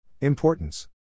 Importance